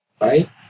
Right